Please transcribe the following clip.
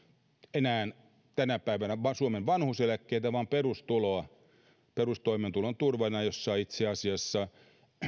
enää tänä päivänä suomen vanhuuseläkkeitä vaan perustoimeentulon turvaa ja itse asiassa